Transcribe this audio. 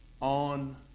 on